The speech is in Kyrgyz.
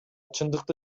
чындыкты